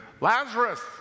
Lazarus